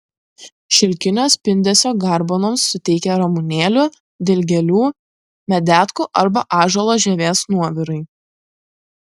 šilkinio spindesio garbanoms suteikia ramunėlių dilgėlių medetkų arba ąžuolo žievės nuovirai